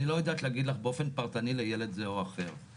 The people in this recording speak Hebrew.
אני לא יודעת להגיד לך באופן פרטני לילד זה או אחר,